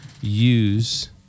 use